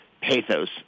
pathos